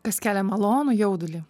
kas kelia malonų jaudulį